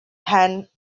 hand